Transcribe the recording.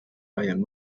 laiem